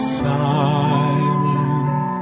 silent